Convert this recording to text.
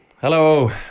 Hello